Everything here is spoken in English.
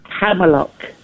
Hammerlock